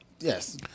Yes